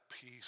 peace